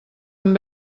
amb